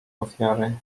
ofiary